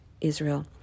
Israel